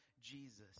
Jesus